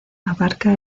abarca